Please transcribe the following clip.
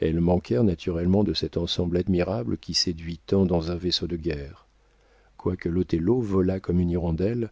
elles manquèrent naturellement de cet ensemble admirable qui séduit tant dans un vaisseau de guerre quoique l'othello volât comme une hirondelle